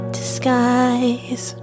disguise